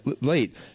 late